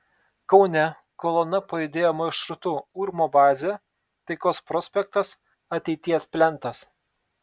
kaune kolona pajudėjo maršrutu urmo bazė taikos prospektas ateities plentas